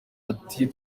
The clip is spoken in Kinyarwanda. ati